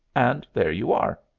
and there you are.